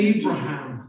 Abraham